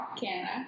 Canada